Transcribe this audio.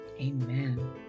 Amen